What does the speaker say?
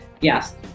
yes